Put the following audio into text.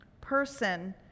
person